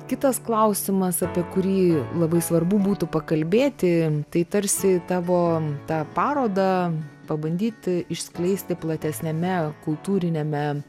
kitas klausimas apie kurį labai svarbu būtų pakalbėti tai tarsi tavo tą parodą pabandyti išskleisti platesniame kultūriniame